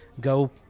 go